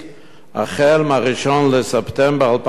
החל מ-1 בספטמבר 2012,